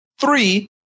Three